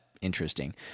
interesting